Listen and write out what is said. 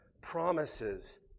promises